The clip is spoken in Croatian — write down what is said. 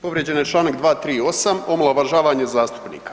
Povrijeđen je članak 238. omalovažavanje zastupnika.